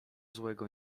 złego